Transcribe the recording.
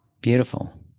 Beautiful